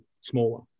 smaller